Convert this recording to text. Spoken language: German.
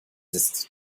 ist